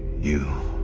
you